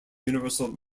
universal